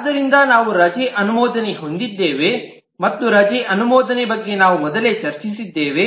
ಆದ್ದರಿಂದ ನಾವು ರಜೆ ಅನುಮೋದನೆ ಹೊಂದಿದ್ದೇವೆ ಮತ್ತು ರಜೆ ಅನುಮೋದನೆ ಬಗ್ಗೆ ನಾವು ಮೊದಲೇ ಚರ್ಚಿಸಿದ್ದೇವೆ